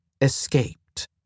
escaped